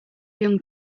young